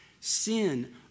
sin